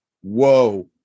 Whoa